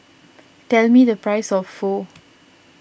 tell me the price of Pho